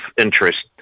interest